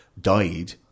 died